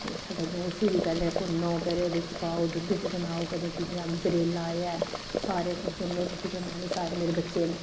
मिट्ठा कद्दू उस्सी बी पैह्लें भुन्नो फिर ओह्दे च पाओ दुद्ध च बनाओ कदें कि'यां गजरेला एह् ऐ सारे जदूं में रुट्टी बन्नानी सारे मेरे बच्चे न